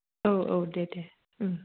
औ औ दे दे उम